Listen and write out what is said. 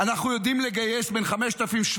אנחנו יודעים לגייס בין 5,700